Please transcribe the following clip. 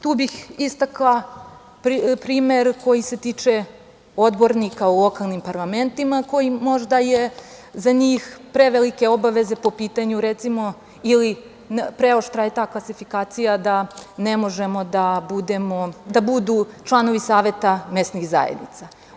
Tu bih istakla primer koji se tiče odbornika u lokalnim parlamentima, jer su možda za njih prevelike obaveze po pitanju, recimo, ili preoštra je ta klasifikacija da ne mogu da budu članovi saveta mesnih zajednica.